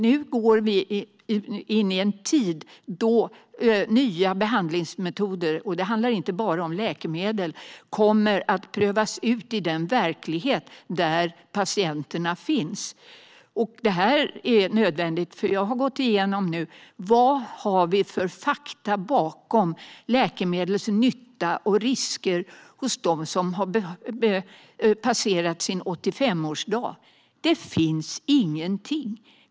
Nu går vi in i en tid där nya behandlingsmetoder - och det handlar inte bara om läkemedel - kommer att prövas ut i den verklighet där patienterna finns, och det är nödvändigt. Jag har gått igenom vilka fakta som finns bakom läkemedelsnytta och risker hos dem som har passerat sin 85-årsdag. Det finns ingenting.